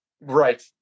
Right